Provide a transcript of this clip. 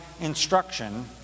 instruction